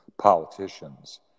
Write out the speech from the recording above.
politicians